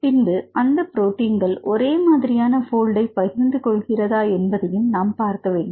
அதன் பின்பு அந்த புரோடீன்கள் ஒரே மாதிரியான போல்ட்ஐ பகிர்ந்து கொள்ளுகிறதா என்பதையும் நாம் பார்க்க வேண்டும்